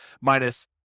minus